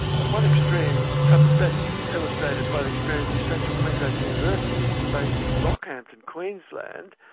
but one extreme, perhaps best illustrated by the experience of central queensland university, which is based in rockhampton, queensland,